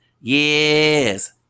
yes